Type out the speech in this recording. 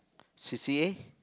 c_c_a